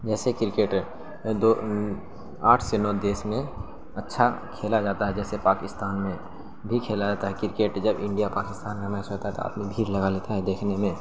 جیسے کرکٹ دو آٹھ سے نو دیس میں اچھا کھیلا جاتا ہے جیسے پاکستان میں بھی کھیلا جاتا ہے کرکٹ جب انڈیا پاکستان میں میچ ہوتا ہے تو آدمی بھیڑ لگا لیتے ہیں دیکھنے میں